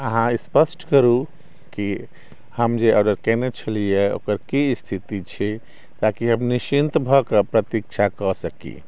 अहाँ स्पष्ट करू की हम जे अगर केने छलियै हँ ओकर की स्थिति छै ताकि हम निश्चिन्त भऽ के प्रतीक्षा कअ सकी